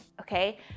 okay